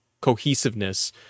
cohesiveness